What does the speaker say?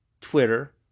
Twitter